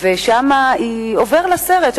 ושם עובר לה סרט,